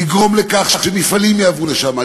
לגרום לכך שמפעלים יעברו לשם,